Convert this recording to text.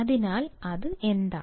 അതിനാൽ അത് എന്താണ്